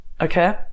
Okay